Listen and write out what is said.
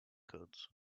codes